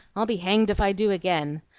i'll be hanged if i do again!